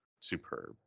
superb